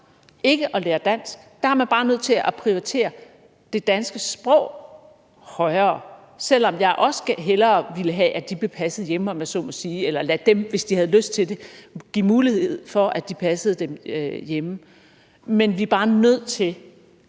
ikke at lære dansk. Der er man bare nødt til at prioritere det danske sprog højere, selv om jeg også hellere ville have, at de blev passet hjemme, om man så må sige, altså at man gav de forældre mulighed for, hvis de havde lyst til det, at passe dem hjemme. Men vi er bare nødt til